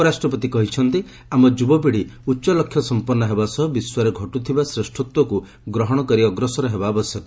ଉପରାଷ୍ଟ୍ରପତି କହିଛନ୍ତି ଆମ ଯୁବପିଢ଼ି ଉଚ୍ଚ ଲକ୍ଷ୍ୟସମ୍ପନ୍ନ ହେବା ସହ ବିଶ୍ୱରେ ଘଟୁଥିବା ଶ୍ରେଷତ୍ୱକୁ ଗ୍ରହଣ କରି ଅଗ୍ରସର ହେବା ଆବଶ୍ୟକ